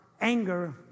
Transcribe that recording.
anger